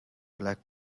black